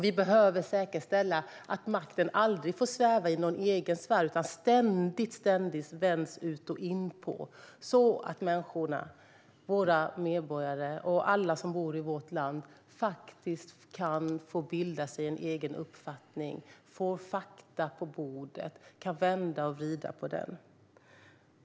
Vi behöver säkerställa att makten aldrig får sväva i någon egen sfär utan att den ständigt vänds ut och in på, så att våra medborgare och alla som bor i vårt land kan få bilda sig en egen uppfattning genom att få fakta på bordet och vända och vrida på dessa.